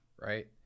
right